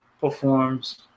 performs